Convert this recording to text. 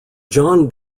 john